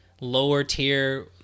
lower-tier